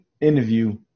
interview